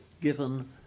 given